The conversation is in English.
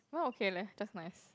mine okay leh just nice